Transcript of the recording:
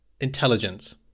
intelligence